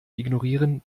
ignorieren